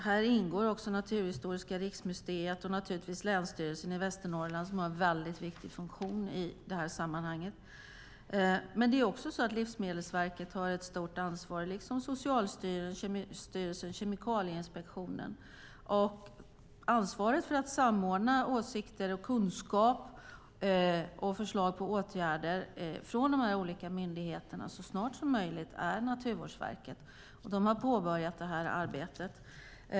Här ingår även Naturhistoriska riksmuseet och naturligtvis Länsstyrelsen i Västernorrland, som har en mycket viktig funktion i detta sammanhang. Dessutom har Livsmedelsverket ett stort ansvar liksom Socialstyrelsen och Kemikalieinspektionen. Ansvaret för att så snart som möjligt samordna åsikter, kunskap och förslag på åtgärder från de olika myndigheterna har Naturvårdsverket, och de har påbörjat det arbetet.